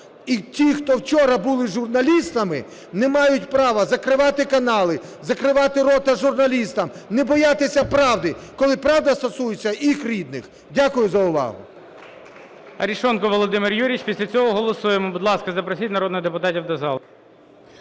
І ті, хто вчора були журналістами, не мають права закривати канали, закривати рота журналістам, не боятися правди, коли правда стосується їх рідних. Дякую за увагу.